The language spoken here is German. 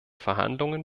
verhandlungen